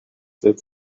that